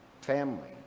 family